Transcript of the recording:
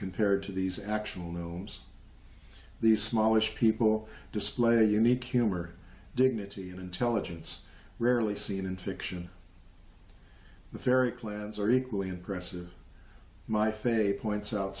compared to these actual gnomes these smallish people display unique humor dignity and intelligence rarely seen in fiction the very clans are equally impressive my faith points out